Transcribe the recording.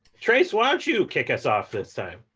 trace, why don't you kick us off this time?